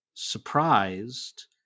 surprised